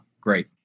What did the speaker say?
great